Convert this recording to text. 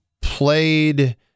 played